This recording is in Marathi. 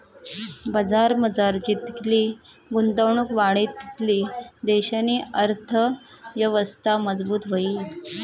बजारमझार जितली गुंतवणुक वाढी तितली देशनी अर्थयवस्था मजबूत व्हयी